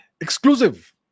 Exclusive